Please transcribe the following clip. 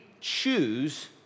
choose